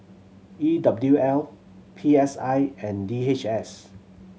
E W L P S I and D H S